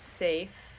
safe